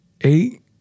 eight